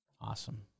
awesome